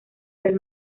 del